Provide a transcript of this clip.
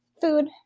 food